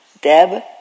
Deb